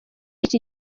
iki